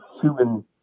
human